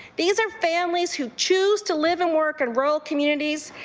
these are families who choose to live and work in rural communities,